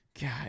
God